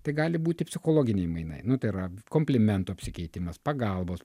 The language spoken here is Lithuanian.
tai gali būti psichologiniai mainai nu tai yra komplimentų apsikeitimas pagalbos